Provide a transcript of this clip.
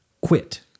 Quit